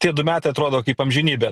tie du metai atrodo kaip amžinybė